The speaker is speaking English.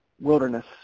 wilderness